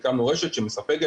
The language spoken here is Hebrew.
הקמנו רשת שמספקת